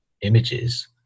images